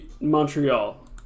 Montreal